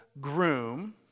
groom